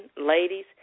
ladies